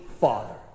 Father